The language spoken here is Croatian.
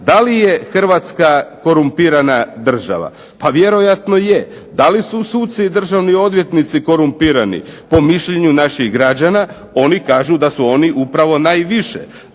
Da li je Hrvatska korumpirana država? Pa vjerojatno je. Da li suci i državni odvjetnici korumpirani? Po mišljenju naših građana oni kažu da su oni upravo najviše.